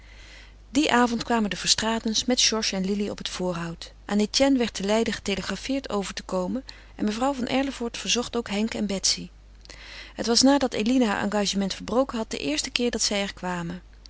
dien avond kwamen de verstraetens met georges en lili op het voorhout aan etienne werd te leiden getelegrafeerd over te komen en mevrouw van erlevoort verzocht ook henk en betsy het was nadat eline haar engagement verbroken had de eerste keer dat zij er kwamen